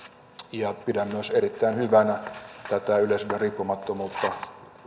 ja pidän erittäin hyvänä myös tätä yleisradion riippumattomuutta